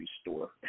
store